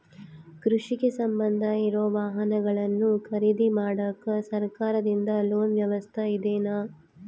ಕೃಷಿಗೆ ಸಂಬಂಧ ಇರೊ ವಾಹನಗಳನ್ನು ಖರೇದಿ ಮಾಡಾಕ ಸರಕಾರದಿಂದ ಲೋನ್ ವ್ಯವಸ್ಥೆ ಇದೆನಾ?